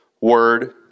word